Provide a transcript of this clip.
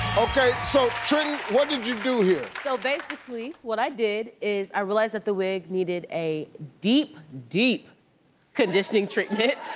okay so trenton what did you do here? so basically what i did is i realized that the wig needed a deep, deep conditioning treatment.